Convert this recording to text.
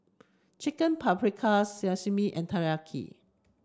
Chicken Paprikas Sashimi and Teriyaki